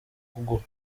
kuguha